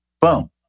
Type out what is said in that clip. Boom